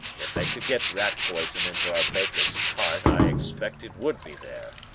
if they could get rat poison into our baker's cart, i expect it would be there.